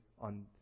on